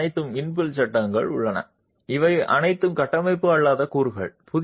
இவை அனைத்தும் இன்பில் சட்டங்கள் உள்ளன இவை அனைத்தும் கட்டமைப்பு அல்லாத கூறுகள்